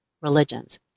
Religions